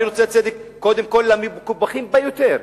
אני רוצה צדק קודם כול למקופחים ביותר.